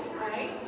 right